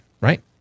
right